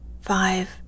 five